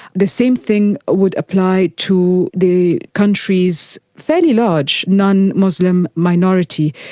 the same thing would apply to the country's fairly large non-muslim minority.